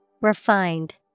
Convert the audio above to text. Refined